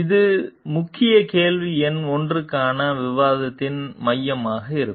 இது முக்கிய கேள்வி எண் 1 க்கான விவாதத்தின் மையமாக இருக்கும்